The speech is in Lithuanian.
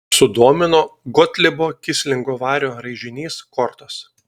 sudomino gotlibo kislingo vario raižinys kortos